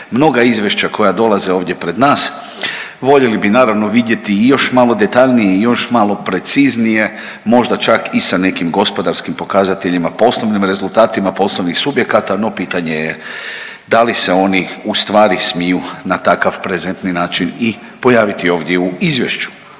mnoga izvješća koja dolaze ovdje pred nas, voljeli bi naravno vidjeti i još malo detaljniji i još malo preciznije, možda čak i sa nekim gospodarskim pokazateljima poslovnim rezultatima poslovnih subjekata, no pitanje je da li se oni ustvari smiju na takav prezentni način i pojaviti ovdje u izvješću.